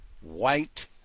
white